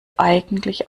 eigentlich